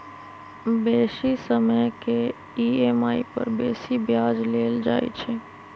बेशी समय के ई.एम.आई पर बेशी ब्याज लेल जाइ छइ